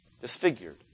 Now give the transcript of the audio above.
Disfigured